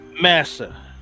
massa